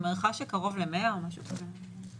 אני מעריכה קרוב למאה או משהו כזה.